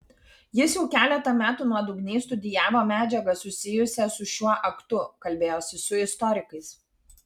jis jau keletą metų nuodugniai studijavo medžiagą susijusią su šiuo aktu kalbėjosi su istorikais